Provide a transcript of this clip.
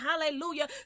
hallelujah